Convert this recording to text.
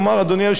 אדוני היושב-ראש,